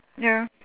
ya